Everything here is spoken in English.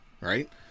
right